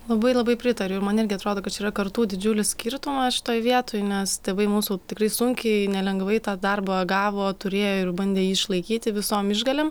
labai labai pritariu ir man irgi atrodo kad čia yra kartų didžiulį skirtumą šitoj vietoj nes tėvai mūsų tikrai sunkiai nelengvai tą darbą gavo turėjo ir bandė jį išlaikyti visom išgalėm